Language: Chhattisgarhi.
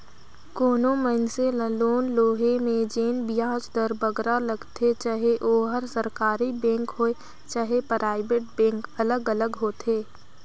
कोनो मइनसे ल लोन लोहे में जेन बियाज दर बगरा लगथे चहे ओहर सरकारी बेंक होए चहे पराइबेट बेंक अलग अलग होथे